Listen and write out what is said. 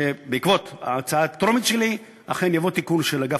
שבעקבות ההצעה הטרומית שלי אכן יבוא תיקון של אגף